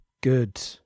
good